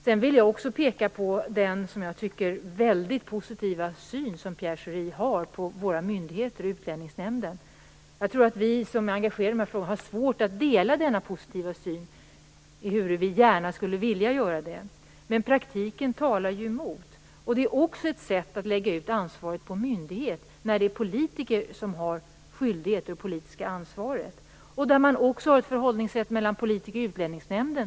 Sedan vill jag ta upp den positiva syn som Pierre Schori har på våra myndigheter och Utlänningsnämnden. Vi som är engagerade i dessa frågor har svårt att dela denna positiva syn, ehuru vi gärna skulle vilja göra det. Men verkligheten talar ju emot. Det är också ett sätt att lägga ut ansvaret på myndigheter när det är politiker som har det politiska ansvaret. Jag vill också ta upp förhållningssättet mellan politiker och Utlänningsnämnden.